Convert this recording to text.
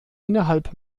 innerhalb